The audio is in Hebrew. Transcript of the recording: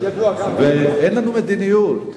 אין לנו מדיניות,